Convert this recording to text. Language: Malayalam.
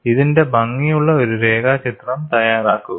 ഇതിന്റെ ഭംഗിയുള്ള ഒരു രേഖാചിത്രം തയ്യാറാക്കുക